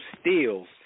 steals